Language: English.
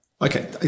Okay